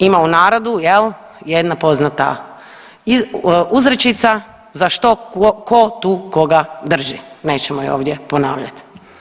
Ima u narodu, je l', jedna poznata uzrečica, za što tko tu koga drži, nećemo ju ovdje ponavljati.